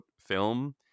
film